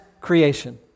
creation